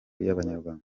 y’abanyarwanda